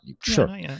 sure